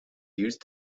used